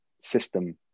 system